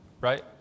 right